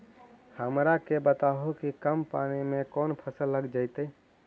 हमरा के बताहु कि कम पानी में कौन फसल लग जैतइ?